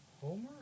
Homer